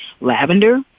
Lavender